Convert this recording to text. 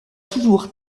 toujours